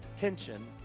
tension